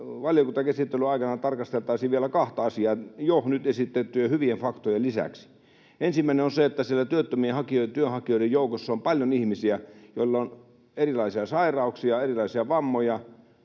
valiokuntakäsittelyn aikana tarkasteltaisiin vielä kahta asiaa jo nyt esitettyjen hyvien faktojen lisäksi. Ensimmäinen on se, että kun siellä työttömien työnhakijoiden joukossa on paljon ihmisiä, joilla on erilaisia sairauksia, erilaisia vammoja,